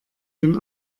den